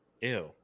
Ew